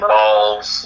Balls